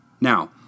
Now